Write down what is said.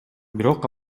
бирок